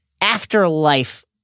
afterlife